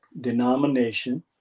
denomination